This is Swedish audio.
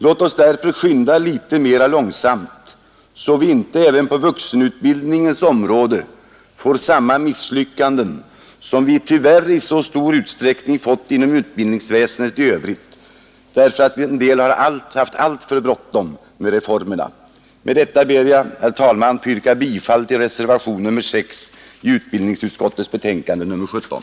Låt oss därför skynda litet mera långsamt, så vi inte på vuxenutbildningens område får samma misslyckanden som vi tyvärr i så stor utsträckning fått inom utbildningsväsendet i övrigt, därför att en del haft alltför bråttom med reformerna. Med detta ber jag, herr talman, att få yrka bifall till reservationen 6 i utbildningsutskottets betänkande nr 17.